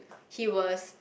he was